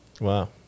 Wow